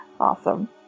Awesome